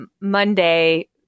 Monday